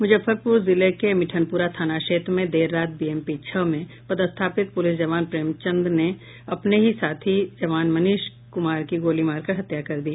मुजफ्फरपूर जिले के मिठनपूरा थाना क्षेत्र में देर रात बीएमपी छह में पदस्थापित पुलिस जवान प्रेमचंद ने अपने ही साथी जवान मनीष कुमार की गोली मारकर कर हत्या कर दी